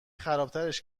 خرابترش